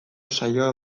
saioak